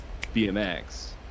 BMX